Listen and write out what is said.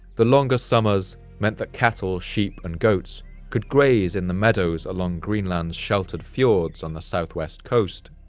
the longer summers meant that cattle, sheep, and goats could graze in the meadows along greenland's sheltered fjords on the southwest coast,